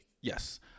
Yes